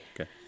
Okay